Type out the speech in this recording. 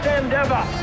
endeavor